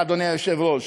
אדוני היושב-ראש.